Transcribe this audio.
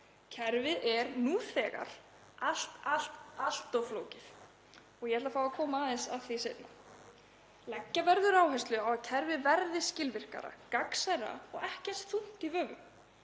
Kerfið er nú þegar allt of flókið og ég ætla að fá að koma aðeins að því seinna. Leggja verður áherslu á að kerfið verði skilvirkara, gagnsærra og ekki eins þungt í vöfum,